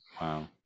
Wow